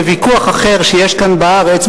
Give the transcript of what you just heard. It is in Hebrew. בוויכוח אחר שיש כאן בארץ,